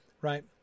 right